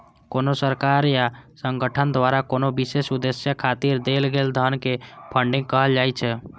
कोनो सरकार या संगठन द्वारा कोनो विशेष उद्देश्य खातिर देल गेल धन कें फंडिंग कहल जाइ छै